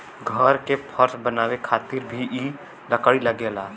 घर के फर्श बनावे खातिर भी इ लकड़ी लगेला